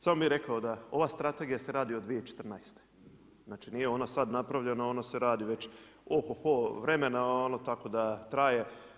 Samo bih rekao da ova strategija se radi od 2014., znači nije ona sad napravljena, ona se radi već oho-ho vremena, tako da traje.